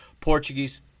Portuguese